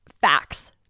facts